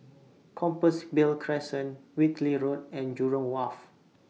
Compassvale Crescent Whitley Road and Jurong Wharf